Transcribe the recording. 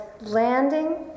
landing